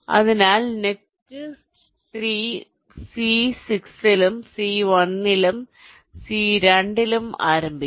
അതിനാൽ net 3 C6 ലും C1 ലും C2 ലും ആരംഭിക്കും